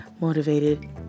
motivated